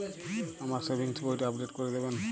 আমার সেভিংস বইটা আপডেট করে দেবেন?